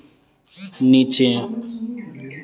नीचे